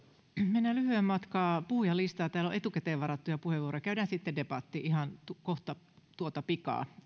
mennään lyhyen matkaa puhujalistaa täällä on etukäteen varattuja puheenvuoroja käydään sitten debatti ihan kohta tuota pikaa